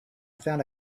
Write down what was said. found